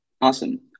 Awesome